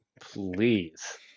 Please